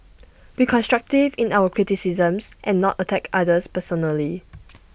be constructive in our criticisms and not attack others personally